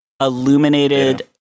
illuminated